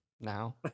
now